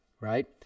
right